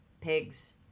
pigs